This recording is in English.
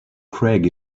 craig